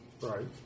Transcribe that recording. Right